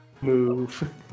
move